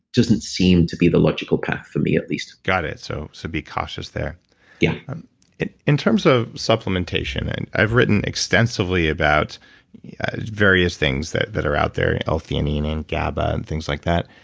doesn't seem to be the logical path, for me at least got it. so so be cautious there yeah in terms of supplementation, and i've written extensively about various things that that are out there, ah l-theanine and gaba, and things like that.